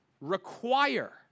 require